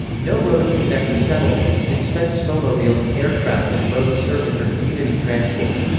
no roads connect the settlements instead snowmobiles, aircraft and boats serve inter-community transport.